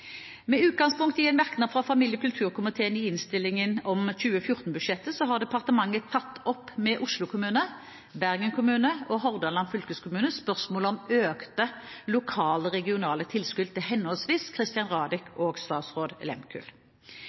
Med utgangspunkt i en merknad fra familie- og kulturkomiteen i innstillingen om 2014-budsjettet, har departementet tatt opp med Oslo kommune, Bergen kommune og Hordaland fylkeskommune spørsmålet om økte lokale/regionale tilskudd til henholdsvis «Christian Radich» og